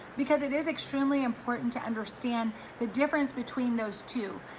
because it is extremely important to understand the difference between those two.